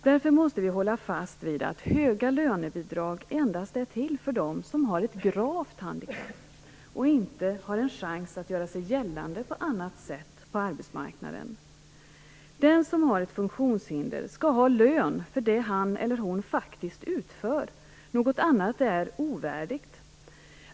Därför måste vi hålla fast vid att höga lönebidrag endast är till för dem som har ett gravt handikapp och inte har en chans att göra sig gällande på annat sätt på arbetsmarknaden. Den som har ett funktionshinder skall ha lön för det han eller hon faktiskt utför; något annat är ovärdigt.